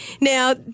Now